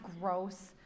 gross